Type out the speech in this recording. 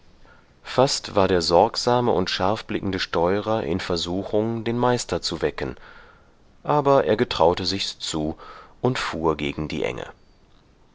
fast war der sorgsame und scharfblickende steurer in versuchung den meister zu wecken aber er getraute sichs zu und fuhr gegen die enge